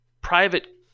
private